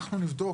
אנחנו נבדוק,